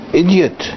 idiot